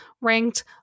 ranked